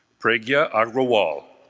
pragya agrawal,